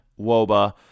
WOBA